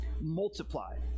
multiply